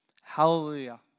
Hallelujah